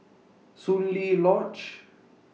Soon Lee Lodge